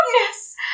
goodness